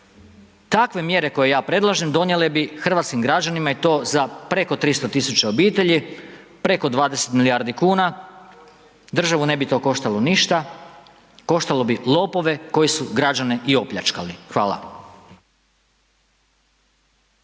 takve mjere koje ja predlažem donijele bi hrvatskim građanima i to za preko 300.000 obitelji preko 20 milijardi kuna, državu to ne bi koštalo ništa, koštalo bi lopove koji su građane i opljačkali. Hvala.